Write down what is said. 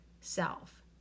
self